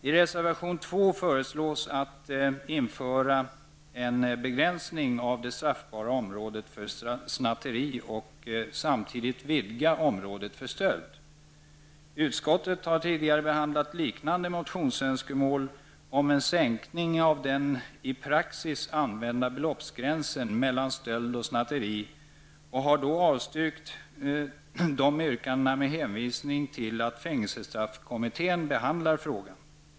I reservation 2 föreslås att man skall införa en begränsning av det straffbara området för snatteri och samtidigt vidga området för stöld. Utskottet har tidigare behandlat liknande motionsönskemål om en sänkning av den i praxis använda beloppsgränsen mellan stöld och snatteri och har då avstyrkt dessa med hänvisning till att fängelsestraffkommittén behandlar frågan.